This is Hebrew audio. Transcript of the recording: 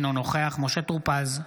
אינו נוכח משה טור פז,